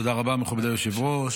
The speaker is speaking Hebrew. תודה רבה, מכובדי היושב-ראש.